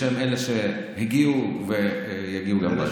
בשם אלה שהגיעו, ויגיעו, בוודאי.